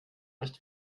nicht